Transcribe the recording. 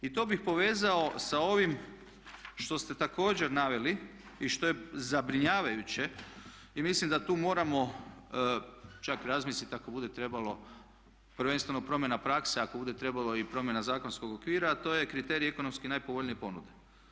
I to bih povezao sa ovim što ste također naveli i što je zabrinjavajuće i mislim da tu moramo čak razmislit ako bude trebalo prvenstveno promjena prakse, ako bude trebalo i promjena zakonskog okvira a to je kriterij ekonomski najpovoljnije ponude.